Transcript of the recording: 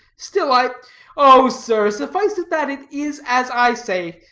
still i oh sir, suffice it that it is as i say.